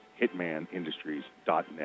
Hitmanindustries.net